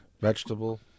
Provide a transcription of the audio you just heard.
vegetable